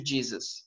Jesus